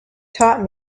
taught